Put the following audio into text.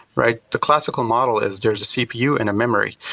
right? the classical model is there is a cpu and a memory.